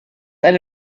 eine